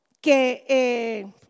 que